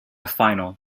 final